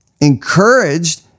encouraged